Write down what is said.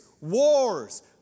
wars